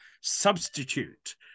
substitute